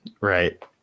right